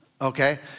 okay